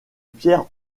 pierre